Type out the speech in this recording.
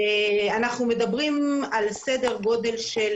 אנחנו מדברים על סדר גודל של